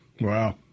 Wow